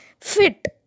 fit